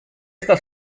esta